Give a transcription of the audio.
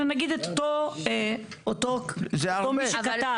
אלא נגיד את אותו מי שכתב.